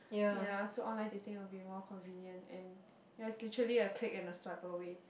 ya so online dating will be more convenient and there is literally a click and a swipe way